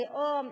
לאום,